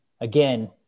again